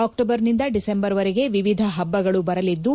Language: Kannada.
ಅಕ್ಕೋಬರ್ನಿಂದ ಡಿಸೆಂಬರ್ವರೆಗೆ ವಿವಿಧ ಹಬ್ಬಗಳು ಬರಲಿದ್ದು